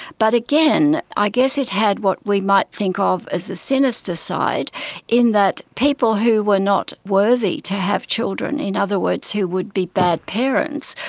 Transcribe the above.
but again, i guess it had what we might think of as a sinister side in that people who were not worthy to have children, in other words who would be bad parents,